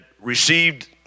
received